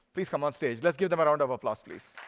please come on stage. let's give them a round of applause, please.